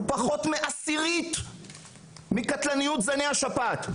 פחות מעשירית מהקטלניות של זני השפעת.